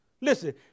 Listen